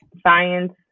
science